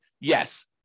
yes